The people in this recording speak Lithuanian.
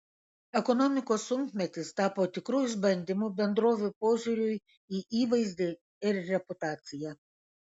ekonomikos sunkmetis tapo tikru išbandymu bendrovių požiūriui į įvaizdį ir reputaciją